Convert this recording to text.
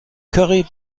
curry